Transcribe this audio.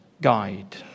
guide